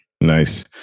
Nice